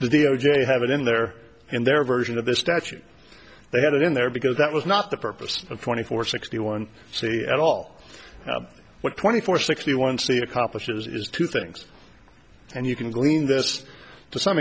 have it in there in their version of the statute they had it in there because that was not the purpose of twenty four sixty one see at all what twenty four sixty one c accomplishes is two things and you can glean this to some